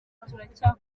turacyakomeza